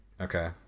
Okay